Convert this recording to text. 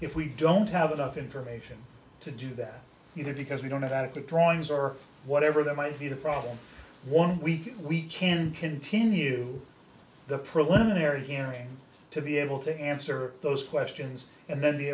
if we don't have enough information to do that either because we don't know that the drawings or whatever that might be the problem one week we can continue the preliminary hearing to be able to answer those questions and then be